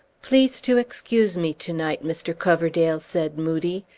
please to excuse me to-night, mr. coverdale, said moodie.